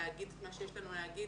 להגיד מה שיש לנו להגיד